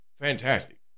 fantastic